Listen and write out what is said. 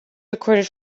recorded